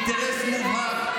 עם אינטרס מובהק.